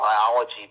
biology